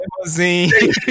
limousine